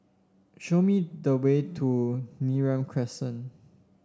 show me the way to Neram Crescent